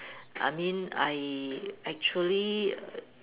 I mean I actually